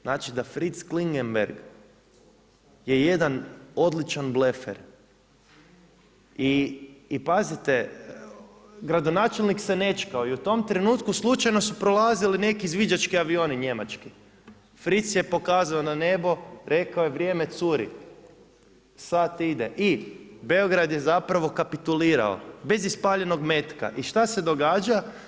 Znači da Fritz Klingenberg je jedan odličan blefer i pazite gradonačelnik se nećkao i u tom trenutku slučajno su prolazili neki izviđački avioni njemački, Fritz je pokazao na nebo, rekao je vrijeme vrijeme curi, sat ide, i Beograd je zapravo kapitulirao, bez ispaljenog metka i šta se događa?